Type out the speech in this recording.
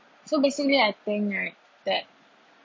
so basically I think right that